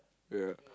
ya